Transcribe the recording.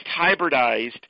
hybridized